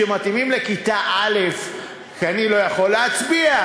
שמתאימים לכיתה א' כי אני לא יכול להצביע,